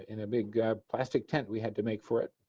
and a big plastic tent we had to make for it,